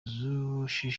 z’ubuyobozi